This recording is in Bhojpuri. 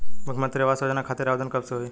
मुख्यमंत्री आवास योजना खातिर आवेदन कब से होई?